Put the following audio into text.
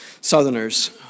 Southerners